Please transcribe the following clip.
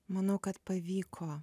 manau kad pavyko